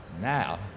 Now